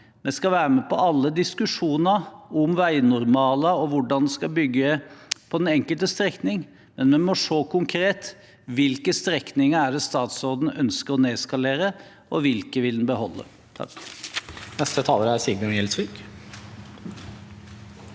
Vi skal være med på alle diskusjoner om veinormaler og om hvordan en skal bygge på den enkelte strekning, men vi må se konkret: Hvilke strekninger er det statsråden ønsker å nedskalere, og hvilke vil han beholde?